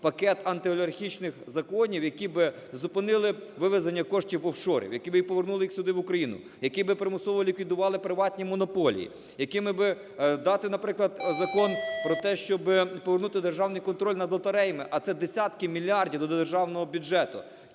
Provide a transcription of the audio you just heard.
пакет антиолігархічних законів, які би зупинили вивезення коштів в офшори, які би повернули їх сюди в Україну, які би примусово ліквідували приватні монополії, якими би дати, наприклад, закон про те, щоб повернути державний контроль над лотереями, а це десятки мільярдів до державного бюджету.